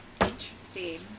Interesting